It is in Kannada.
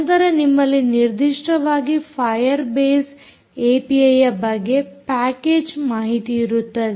ನಂತರ ನಿಮ್ಮಲ್ಲಿ ನಿರ್ದಿಷ್ಟವಾಗಿ ಫಾಯರ್ ಬೇಸ್ ಏಪಿಐಯ ಬಗ್ಗೆ ಪ್ಯಾಕೇಜ್ ಮಾಹಿತಿಯಿರುತ್ತದೆ